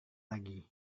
lagi